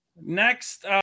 Next